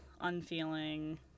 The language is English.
unfeeling